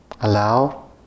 allow